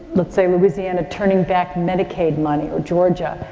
let's say louisiana turning back medicaid money, or georgia.